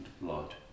blood